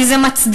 כי זה מצדיק